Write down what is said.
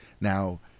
Now